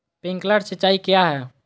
Sprinkler सिंचाई क्या है?